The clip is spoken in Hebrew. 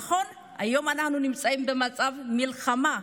נכון, היום אנחנו נמצאים במצב מלחמה,